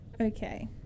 Okay